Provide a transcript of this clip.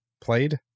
played